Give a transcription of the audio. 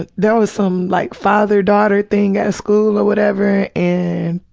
ah there was some, like father-daughter thing at school or whatever, and